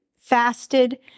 fasted